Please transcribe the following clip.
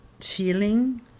feeling